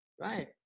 Right